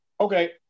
Okay